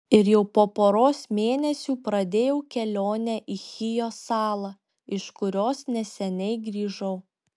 ir jau po poros mėnesių pradėjau kelionę į chijo salą iš kurios neseniai grįžau